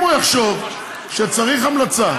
אם הוא יחשוב שצריך המלצה,